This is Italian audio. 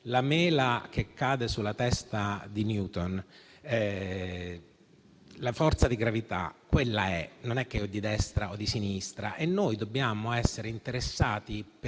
(la mela che cade sulla testa di Newton - la forza di gravità - quella è, non è di destra o di sinistra) e noi dobbiamo essere interessati perché